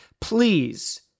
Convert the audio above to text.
Please